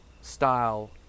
style